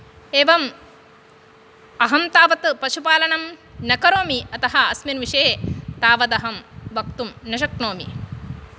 एवम् अहं तावत् पशुपालनं न करोमि अतः अस्मिन् विषये तावत् अहं वक्तुं न शक्नोमि